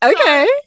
Okay